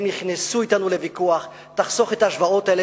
הם נכנסו אתנו לוויכוח, תחסוך את ההשוואות האלה.